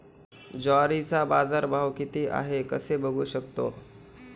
ज्वारीचा बाजारभाव किती आहे कसे बघू शकतो?